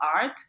art